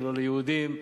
ולא ליהודים.